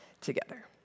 together